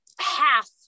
half